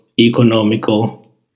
economical